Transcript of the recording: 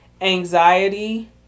anxiety